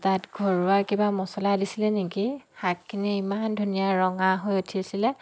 তাত ঘৰুৱা কিবা মছলা দিছিলে নেকি শাকখিনি ইমান ধুনীয়া ৰঙা হৈ উঠিছিলে